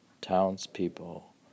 townspeople